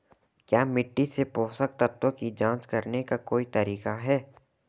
क्या मिट्टी से पोषक तत्व की जांच करने का कोई तरीका है?